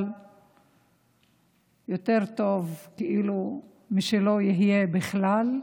אבל יותר טוב משלא תהיה בכלל,